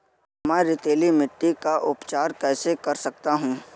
मैं रेतीली मिट्टी का उपचार कैसे कर सकता हूँ?